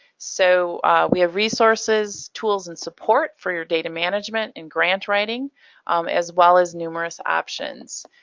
so we have resources, tools, and support for your data management and grant writing as well as numerous options.